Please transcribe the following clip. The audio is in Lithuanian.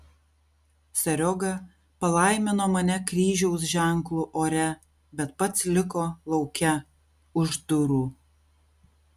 serioga palaimino mane kryžiaus ženklu ore bet pats liko lauke už durų